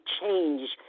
change